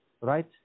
right